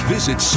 Visit